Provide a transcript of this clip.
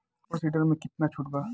Super seeder मै कितना छुट बा?